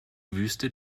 wüste